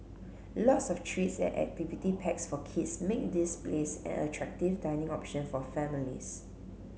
lots of treats and activity packs for kids make this place an attractive dining option for families